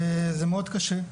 וזה מאוד קשה.